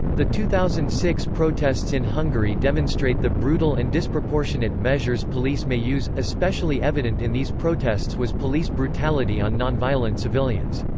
the two thousand and six protests in hungary demonstrate the brutal and disproportionate measures police may use, especially evident in these protests was police brutality on non-violent civilians.